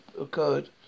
occurred